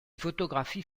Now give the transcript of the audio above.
photographies